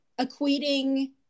equating